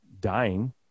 dying